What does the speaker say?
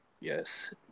Yes